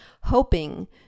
hoping